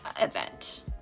event